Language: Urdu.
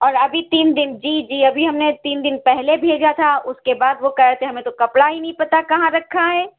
اور ابھی تین دن جی جی ابھی ہم نے تین دن پہلے بھیجا تھا اس کے بعد وہ کہے تھے ہمیں تو کپڑا ہی نہیں پتا کہاں رکھا ہے